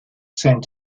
sent